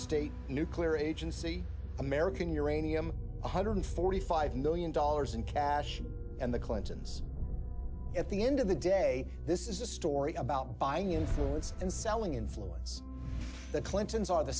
state nuclear agency american uranium one hundred forty five million dollars in cash and the clinton's at the end of the day this is a story about buying influence and selling influence the clintons are the